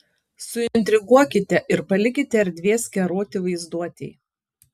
suintriguokite ir palikite erdvės keroti vaizduotei